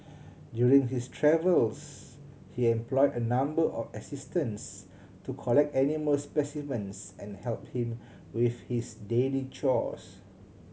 during his travels he employ a number of assistants to collect animal specimens and help him with his daily chores